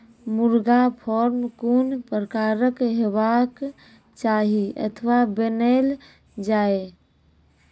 मुर्गा फार्म कून प्रकारक हेवाक चाही अथवा बनेल जाये?